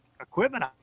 equipment